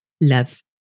Love